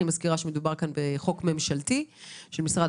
אני מזכירה שמדובר כאן בחוק ממשלתי של משרד